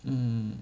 mm